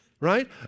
Right